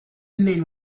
men